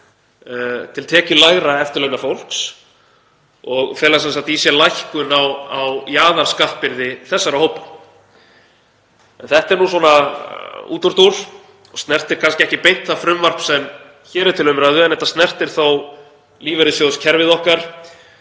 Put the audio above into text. til tekjulægra eftirlaunafólks og fela í sér lækkun á jaðarskattbyrði þessara hópa. En þetta er nú svona útúrdúr og snertir kannski ekki beint það frumvarp sem hér er til umræðu en þetta snertir þó lífeyrissjóðakerfið okkar